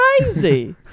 crazy